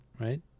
Right